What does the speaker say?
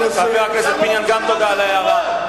חבר הכנסת פיניאן, גם תודה על ההערה.